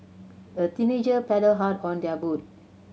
the teenager paddled hard on their boat